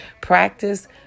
Practice